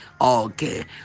Okay